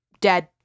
Dead